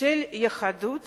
יהודים